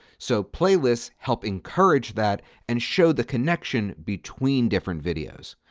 so playlists help encourage that and show the connection between different videos.